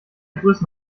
größen